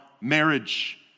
marriage